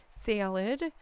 salad